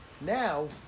Now